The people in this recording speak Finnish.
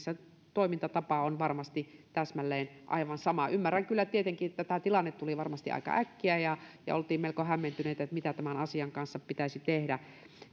toimintatapa on varmasti täsmälleen aivan sama ymmärrän kyllä tietenkin että tämä tilanne tuli varmasti aika äkkiä ja ja oltiin melko hämmentyneitä siitä mitä tämän asian kanssa pitäisi tehdä